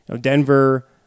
Denver